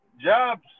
jobs